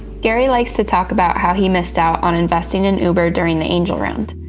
gary likes to talk about how he missed out on investing in uber during the angel round.